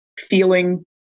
feeling